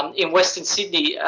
in western sydney,